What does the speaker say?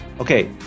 okay